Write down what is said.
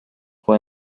fue